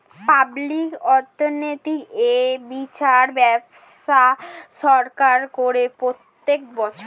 public অর্থনৈতিক এ বিচার ব্যবস্থা সরকার করে প্রত্যেক বছর